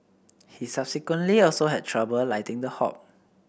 he subsequently also had trouble lighting the hob